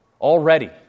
Already